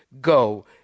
go